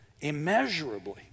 immeasurably